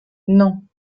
non